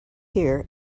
here